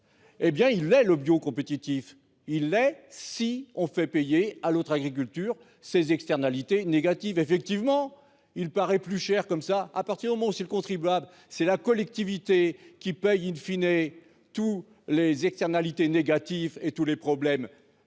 Eh bien il est le bio compétitif il est si on fait payer à l'autre agriculture ses externalités négatives effectivement il paraît plus cher comme ça à partir du moment où c'est le contribuable. C'est la collectivité qui paye in fine et tout les externalités négatives et tous les problèmes